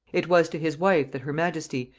it was to his wife that her majesty,